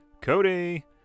Cody